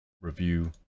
review